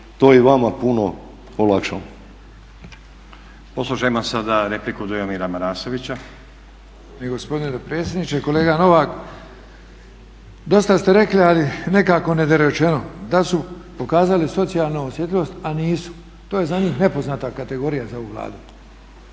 repliku Dujomira Marasovića. **Marasović, Dujomir (HDZ)** Gospodine predsjedniče, kolega Novak. Dosta ste rekli, ali nekako nedorečeno da su pokazali socijalnu osjetljivost a nisu. To je za njih nepoznata kategorija …/Govornik